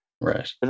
Right